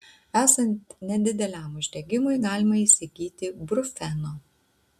esant nedideliam uždegimui galima įsigyti brufeno